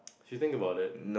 she think about it